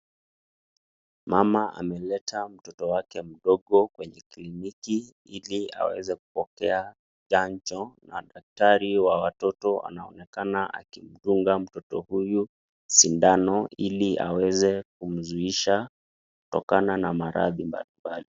Mama ameleta mtoto wake mdogo kwenye kliniki ili aweze kupokea chanjo. Na daktari wa watoto anaonekana akimdunga mtoto huyu sindano ili aweze kumzuisha kutokana na maradhi mbalimbali.